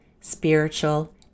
spiritual